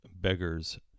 Beggars